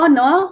no